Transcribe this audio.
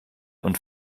und